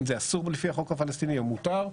אם זה אסור לפי החוק הפלסטיני או מותר.